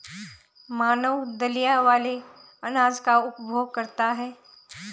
मानव दलिया वाले अनाज का उपभोग करता है